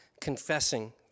Confessing